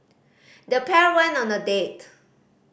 the pair went on a date